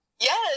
Yes